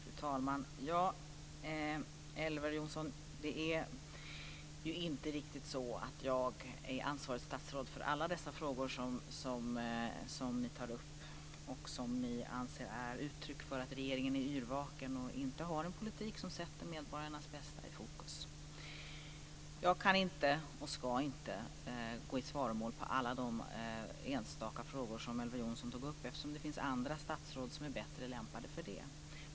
Fru talman! Ja, Elver Jonsson, det är ju inte riktigt så att jag är ansvarigt statsråd för alla dessa frågor som ni tar upp och som ni anser är uttryck för att regeringen är yrvaken och inte har en politik som sätter medborgarnas bästa i fokus. Jag kan inte och ska inte gå i svaromål i alla de enstaka frågor som Elver Jonsson tog upp, eftersom det finns andra statsråd som är bättre lämpade för det.